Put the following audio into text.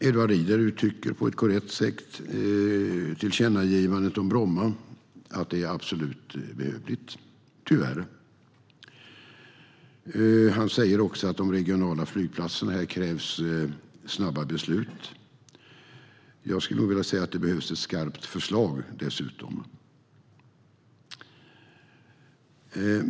Edward Riedl uttrycker på ett korrekt sätt tillkännagivandet om Bromma, alltså att det är absolut behövligt - tyvärr. Han säger också att det krävs snabba beslut när det gäller de regionala flygplatserna. Jag skulle vilja säga att det dessutom behövs ett skarpt förslag.